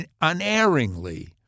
unerringly